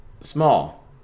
small